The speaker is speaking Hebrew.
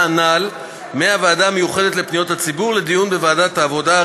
הנ"ל מהוועדה המיוחדת לפניות הציבור לדיון בוועדת העבודה,